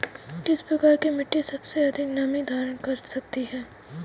किस प्रकार की मिट्टी सबसे अधिक नमी धारण कर सकती है?